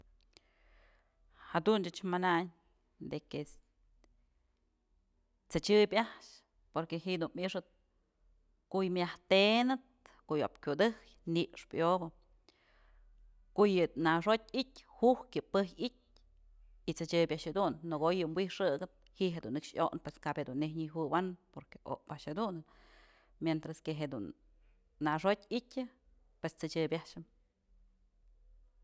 Jadun ëch manayn de que t'sëchyëb a'ax porque ji'i dun i'ixëp ku'u yë myajtënëp ko'o yob kyutëj nyxpë yobë ku'u yë naxjotyë i'ityë jujkyë y t'sëchÿëbë a'ax jedun në ko'o yë wijxëkëp ji'i jedun nëkx yoknë pues kabyë dun nejyë nyëjuëjanë porque ob a'ax jedunën mientra que jedun na'ax jotyë i'ityë pues t'sëdyëbë a'axën.